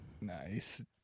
Nice